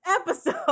episode